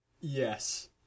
Yes